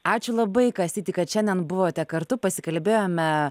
ačiū labai kastyti kad šiandien buvote kartu pasikalbėjome